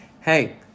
hey